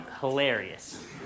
hilarious